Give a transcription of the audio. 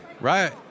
Right